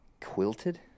Quilted